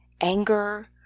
anger